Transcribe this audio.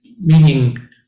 meaning